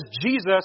Jesus